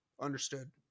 understood